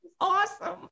awesome